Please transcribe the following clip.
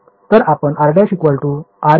तर आपण r′ rn ρ